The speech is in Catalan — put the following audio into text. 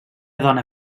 dona